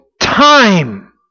time